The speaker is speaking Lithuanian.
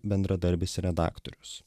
bendradarbis ir redaktorius